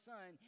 Son